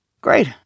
Great